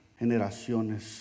generaciones